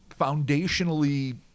foundationally